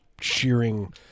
shearing